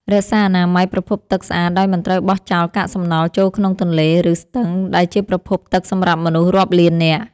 រក្សាអនាម័យប្រភពទឹកស្អាតដោយមិនត្រូវបោះចោលកាកសំណល់ចូលក្នុងទន្លេ ឬ ស្ទឹងដែលជាប្រភពទឹកសម្រាប់មនុស្សរាប់លាននាក់។